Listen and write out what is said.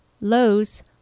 Lowe's